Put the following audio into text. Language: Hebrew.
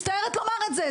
מצטערת לומר את זה,